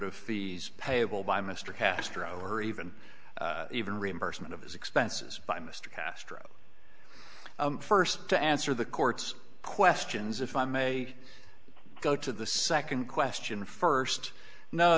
of the payable by mr castro or even even reimbursement of his expenses by mr castro first to answer the court's questions if i may go to the second question first no